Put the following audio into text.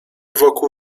wokół